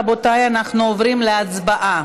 רבותיי, אנחנו עוברים להצבעה.